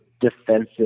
defensive